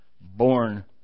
born